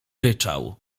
ryczał